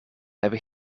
hebben